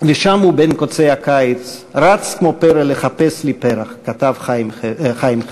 ושם הוא בין קוצי הקיץ/ רץ כמו פרא לחפש לי פרח" כתב חיים חפר,